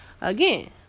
again